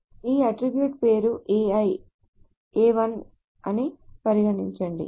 ఈ అట్ట్రిబ్యూట్ పేరు a1 అని పరిగణించండి